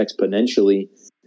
exponentially